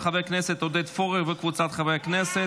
של חברת הכנסת חוה אתי עטייה.